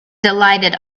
delighted